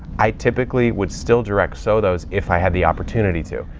i typically would still direct sow those if i had the opportunity to.